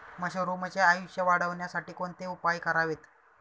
मशरुमचे आयुष्य वाढवण्यासाठी कोणते उपाय करावेत?